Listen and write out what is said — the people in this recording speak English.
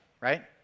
right